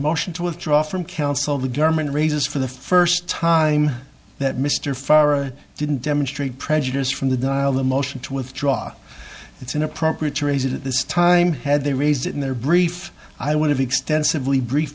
motion to withdraw from counsel the government raises for the first time that mr farrer didn't demonstrate prejudice from the dial the motion to withdraw it's inappropriate to raise it at this time had they raised it in their brief i would have extensively brief